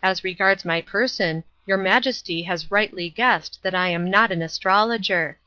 as regards my person, your majesty has rightly guessed that i am not an astrologer.